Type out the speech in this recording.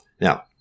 Now